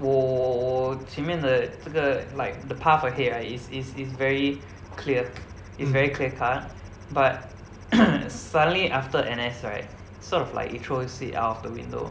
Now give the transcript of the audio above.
我前面的这个 like the path ahead ah is is is very clear it's very clear-cut but suddenly after N_S right sort of like it throws it out of the window